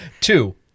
Two